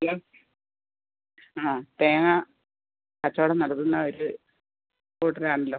hello ആ തേങ്ങ കച്ചവടം നടത്തുന്ന ഒരു കൂട്ടരാണല്ലോ